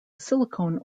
silicone